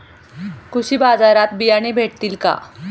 कृषी बाजारात बियाणे भेटतील का?